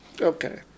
Okay